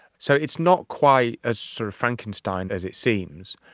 so it's not quite as sort of frankenstein as it seems,